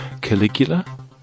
Caligula